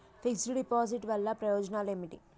Fix డ్ deposit వల్ల ప్రయోజనాలు ఏమిటి?